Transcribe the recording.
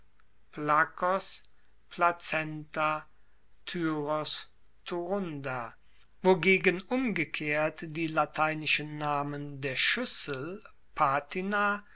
wogegen umgekehrt die lateinischen namen der schuessel